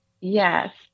Yes